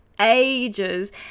ages